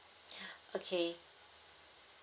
okay